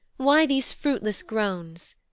why these fruitless groans?